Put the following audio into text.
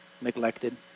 neglected